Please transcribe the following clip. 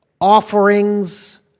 offerings